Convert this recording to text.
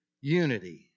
unity